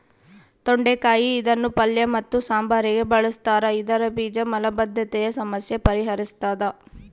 ತೊಂಡೆಕಾಯಿ ಇದನ್ನು ಪಲ್ಯ ಮತ್ತು ಸಾಂಬಾರಿಗೆ ಬಳುಸ್ತಾರ ಇದರ ಬೀಜ ಮಲಬದ್ಧತೆಯ ಸಮಸ್ಯೆ ಪರಿಹರಿಸ್ತಾದ